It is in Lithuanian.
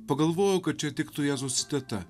pagalvojau kad čia tiktų jėzaus citata